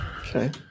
okay